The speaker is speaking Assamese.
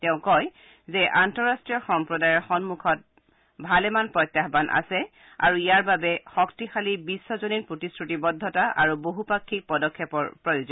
তেওঁ কয় যে আন্তঃৰাষ্ট্ৰীয় সম্প্ৰদায়ৰ সন্মখত ভালেমান প্ৰত্যায়ান আছে আৰু ইয়াৰ বাবে শক্তিশালী বিশ্বজনীন প্ৰতিশ্ৰতিবদ্ধতা আৰু বহুপাক্ষিক পদক্ষেপৰ প্ৰয়োজন